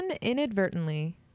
inadvertently